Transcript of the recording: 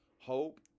Hope